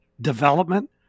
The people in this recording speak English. development